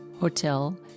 hotel